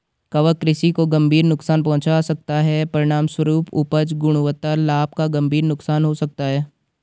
कवक कृषि को गंभीर नुकसान पहुंचा सकता है, परिणामस्वरूप उपज, गुणवत्ता, लाभ का गंभीर नुकसान हो सकता है